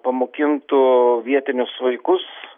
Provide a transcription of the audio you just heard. pamokintų vietinius vaikus